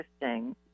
interesting